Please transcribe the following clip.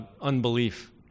unbelief